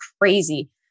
crazy